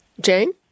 Jane